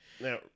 Now